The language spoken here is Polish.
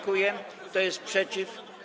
Kto jest przeciw?